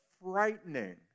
frightening